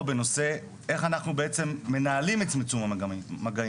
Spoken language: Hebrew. בנושא של איך אנחנו בעצם מנהלים את צמצום המגעים.